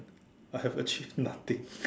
I have achieved nothing